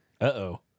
Uh-oh